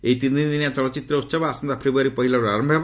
ଏହି ତିନି ଦିନିଆ ଚଳଚ୍ଚିତ୍ ଉତ୍ସବ ଆସନ୍ତା ଫେବୃୟାରୀ ପହିଲାରୁ ଆରୟ ହେବ